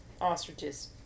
Ostriches